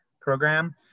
program